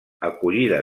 acollida